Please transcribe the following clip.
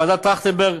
ועדת טרכטנברג,